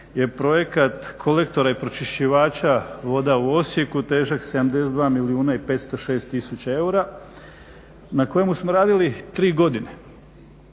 je projekat kolektora i pročišćivača voda u Osijeku težak 72 milijuna i 506 tisuća eura na kojem smo radili 3 godine.